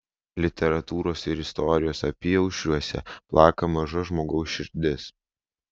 literatūros ir istorijos apyaušriuose plaka maža žmogaus širdis